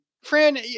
Fran